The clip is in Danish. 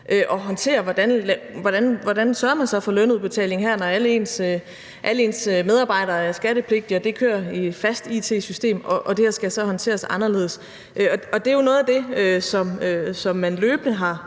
at håndtere – hvordan sørger man så for lønudbetaling her, når alle ens medarbejdere er skattepligtige og det kører i et fast it-system og det her så skal håndteres anderledes? Og det er jo noget af det, som man løbende har